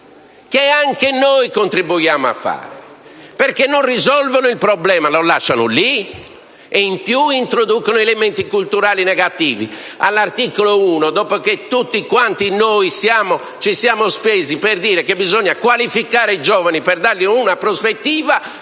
che anche noi contribuiamo a varare e che non risolvono il problema: lo lasciano lì e, in aggiunta, introducono elementi culturali negativi. Dopo che tutti quanti noi ci siamo spesi per sostenere che bisogna qualificare i giovani per dare loro una prospettiva,